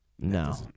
no